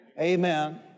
Amen